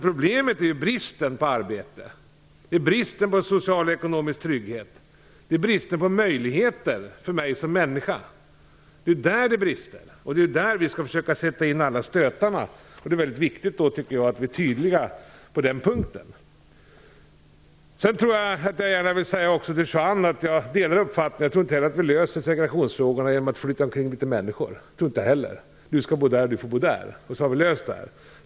Problemet är bristen på arbete, bristen på social och ekonomisk trygghet och bristen på möjligheter för mig som människa. Det är där det brister, och det är där som vi skall försöka sätta in alla stötarna. Det är då väldigt viktigt att vi är tydliga på den punkten. Jag vill också väldigt gärna säga till Juan Fonseca att jag delar uppfattningen att vi inte löser segregationsfrågorna genom att flytta omkring människor. Det tror inte jag heller. Det går inte att säga: Du skall bo där, och du får bo där, och så har vi löst problemet.